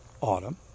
autumn